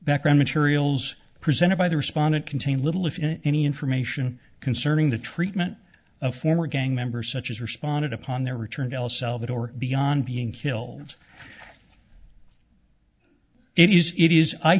background materials presented by the respondent contain little if any information concerning the treatment of former gang members such as responded upon their return to el salvador beyond being killed it is it is i